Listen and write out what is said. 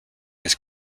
his